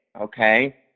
Okay